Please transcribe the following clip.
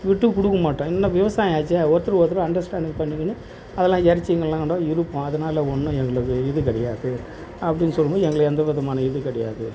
விட்டுக்குடுக்க மாட்டோம் ஏன்னால் விவசாயம் ஆச்சே ஒருத்தருக்கு ஒருத்தர் அண்டர்ஸ்டாண்டிங் பண்ணிக்கினு அதெல்லாம் இறச்சின்னுல்லாம் கூட இருப்போம் அதனால ஒன்றும் எங்களுக்கு இது கிடையாது அப்படின்னு சொல்லும்போது எங்களுக்கு எந்த விதமான இதுவும் கிடையாது